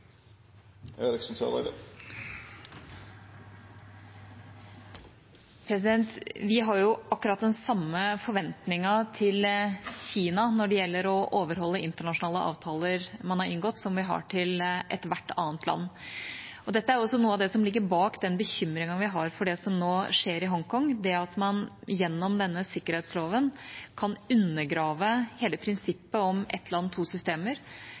Vi har jo akkurat den samme forventningen til Kina når det gjelder å overholde internasjonale avtaler som man har inngått, som vi har til ethvert annet land. Dette er også noe av det som ligger bak den bekymringen vi har for det som nå skjer i Hongkong – det at man gjennom denne sikkerhetsloven kan undergrave hele prinsippet om ett land, to systemer,